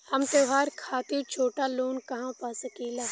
हम त्योहार खातिर छोटा लोन कहा पा सकिला?